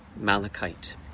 Malachite